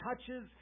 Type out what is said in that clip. touches